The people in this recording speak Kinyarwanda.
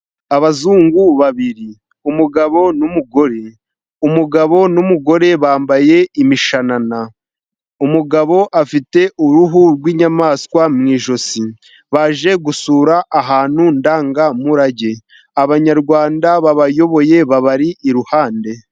Abazungu babiri. Umugabo n'umugore. Umugabo n'umugore bambaye imishanana. Umugabo afite uruhu rwinyamaswa mu ijosi. Baje gusura ahantu ndangamurage. Abanyarwanda babayoboye babari iruhande.